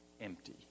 empty